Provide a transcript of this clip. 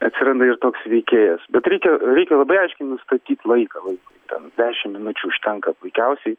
atsiranda ir toks veikėjas bet reikia reikia labai aiškiai nustatyt laiką vaikui ten dešim minučių užtenka puikiausiai